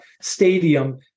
stadium